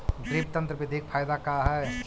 Drip तन्त्र बिधि के फायदा का है?